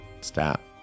Stop